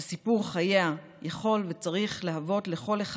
שסיפור חייה יכול וצריך להיות השראה לכל אחד